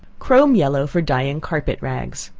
chrome yellow for dyeing carpet rags.